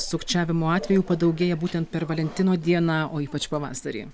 sukčiavimo atvejų padaugėja būtent per valentino dieną o ypač pavasarį